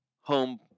home